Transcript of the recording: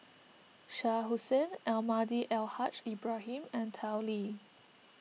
Shah Hussain Almahdi Al Haj Ibrahim and Tao Li